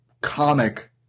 comic